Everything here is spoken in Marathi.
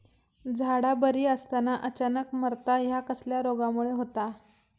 झाडा बरी असताना अचानक मरता हया कसल्या रोगामुळे होता?